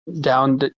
down